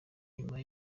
nyuma